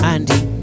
Andy